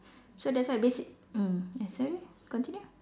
so that's why basic mm sorry continue